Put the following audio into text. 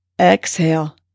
Exhale